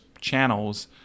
channels